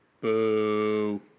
Boo